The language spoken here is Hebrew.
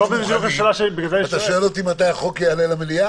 מוכנים ואתה שואל אותי מתי החוק יעלה למליאה?